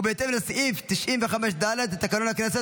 ובהתאם לסעיף 95(ד) לתקנון הכנסת,